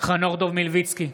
חנוך דב מלביצקי,